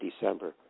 December